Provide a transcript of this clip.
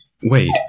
Wait